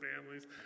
families